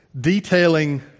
detailing